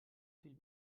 fill